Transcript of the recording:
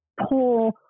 poor